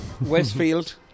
westfield